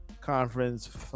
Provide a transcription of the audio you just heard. Conference